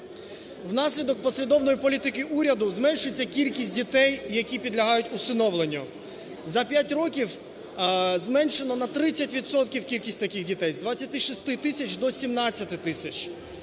Внаслідок послідовної політики уряду зменшується кількість дітей, які підлягають усиновленню. За 5 років зменшено на 30 відсотків кількість таких дітей з 26 тисяч до 17 тисяч.